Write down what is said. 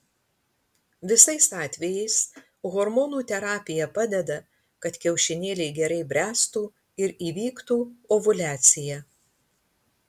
visais atvejais hormonų terapija padeda kad kiaušinėliai gerai bręstų ir įvyktų ovuliacija